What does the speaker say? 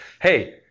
hey